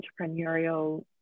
entrepreneurial